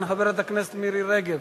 ראשון הדוברים, חבר הכנסת רוברט טיבייב.